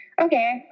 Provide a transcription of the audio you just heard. okay